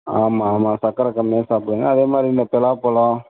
ஆமாம் ஆமாம் சக்கரை கம்மியாக சாப்பிடுங்க அதே மாதிரி இந்த பலாப்பழோம்